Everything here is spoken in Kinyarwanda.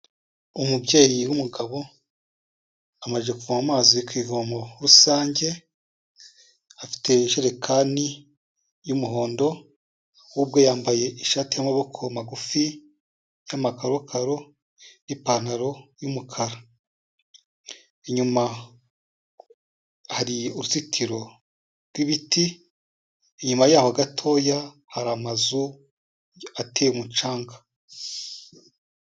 Umubyeyi w'umugabo amaze kuvoma amazi ku ivomo rusange, afite ijerekani y'umuhondo, we ubwe yambaye ishati y'amaboko magufi y'amakakaro n'ipantaro y'umukara, inyuma hari uruzitiro rw'ibiti, inyuma yaho gatoya hari amazu ateye umucanga.